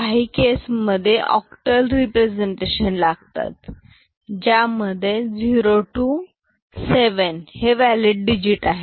काही केस मधे octal representation लागतात ज्यामधे 0 ते 7 वॅलिड डिजिट आहेत